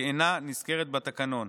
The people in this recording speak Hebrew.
היערכות להתפרצות מגפות והתמודדות עימן,